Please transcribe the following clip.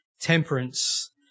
temperance